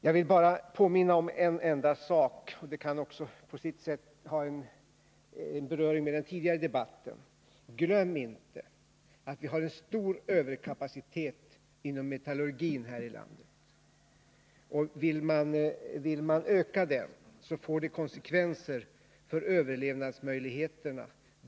Jag vill bara påminna om en enda sak, som också på sitt sätt kan ha beröring med den tidigare debatten: Glöm inte att vi redan har en stor överkapacitet inom metallurgin här i landet! Vill man öka den, får det konsekvenser för överlevnadsmöjligheterna.